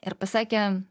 ir pasakė